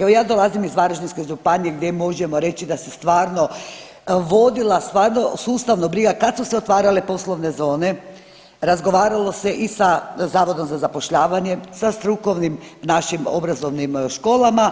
Evo ja dolazim iz Varaždinske županije gdje možemo reći da se stvarno vodila stvarno sustavna briga kad su se otvarale poslovne zone razgovaralo se i sa Zavodom za zapošljavanje, sa strukovnim našim obrazovnim školama